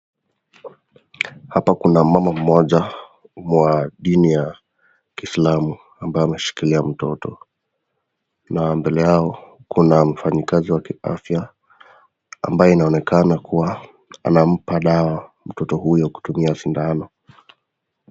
Hapa kuna mama mmoja wa dini ya kiislamu ambaye ameshikilia mtoto na mbele yao kuna mfanyikazi wa kiafya ambaye inaonekana kuwa anampa dawa mtoto huyo kutumia sindano.